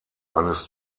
eines